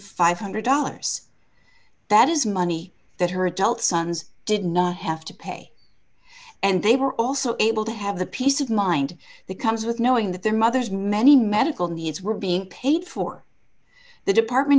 five hundred dollars that is money that her adult sons did not have to pay and they were also able to have the peace of mind that comes with knowing that their mother's many medical needs were being paid for the department